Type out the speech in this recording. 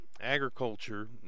agriculture